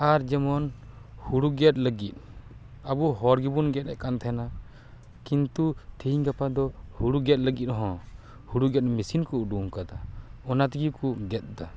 ᱟᱨ ᱡᱮᱢᱚᱱ ᱦᱩᱲᱩ ᱜᱮᱫ ᱞᱟᱹᱜᱤᱫ ᱟᱵᱚ ᱦᱚᱲ ᱜᱮᱵᱚᱱ ᱜᱮᱫ ᱮᱫ ᱠᱟᱱ ᱛᱟᱦᱮᱸᱱᱟ ᱠᱤᱱᱛᱩ ᱛᱤᱦᱤᱧ ᱜᱟᱯᱟ ᱫᱚ ᱦᱩᱲᱩ ᱜᱮᱫ ᱞᱟᱹᱜᱤᱫ ᱦᱚᱸ ᱦᱩᱲᱩ ᱜᱮᱫ ᱢᱮᱥᱤᱱ ᱠᱚ ᱩᱰᱩᱝ ᱟᱠᱟᱫᱟ ᱚᱱᱟ ᱛᱮᱜᱮ ᱠᱚ ᱜᱮᱫ ᱮᱫᱟ